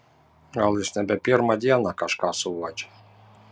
gal jis nebe pirmą dieną kažką suuodžia